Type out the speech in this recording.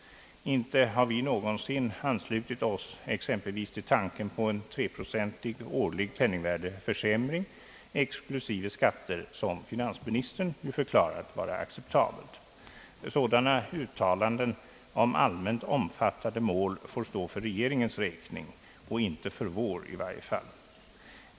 Inte har vi någonsin anslutit oss exempelvis till tanken på en treprocentig årlig penningvärdeförsämring, exklusive skatter, som finansministern förklarat vara acceptabel. Sådana uttalanden om allmänt omfattade mål får stå för regeringens räkning — inte för vår i varje fall.